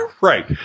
Right